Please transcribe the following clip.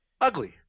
ugly